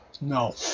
No